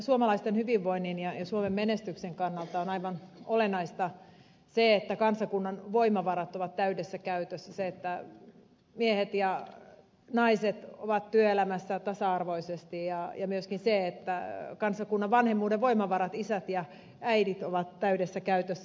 suomalaisten hyvinvoinnin ja suomen menestyksen kannalta on aivan olennaista se että kansakunnan voimavarat ovat täydessä käytössä se että miehet ja naiset ovat työelämässä tasa arvoisesti ja myöskin se että kansakunnan vanhemmuuden voimavarat isät ja äidit ovat täydessä käytössä